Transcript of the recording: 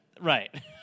right